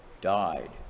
died